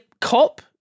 cop